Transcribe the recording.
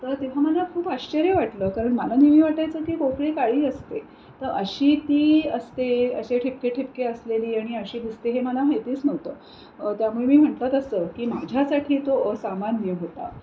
तर तेव्हा मला खूप आश्चर्य वाटलं कारण मला नेहमी वाटायचं की कोकीळ ही काळी असते तर अशी ती असते असे ठिपके ठिपके असलेली आणि अशी दिसते हे मला माहितीच नव्हतं त्यामुळे मी म्हटलं तसं की माझ्यासाठी तो असामान्य होता